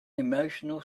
emotional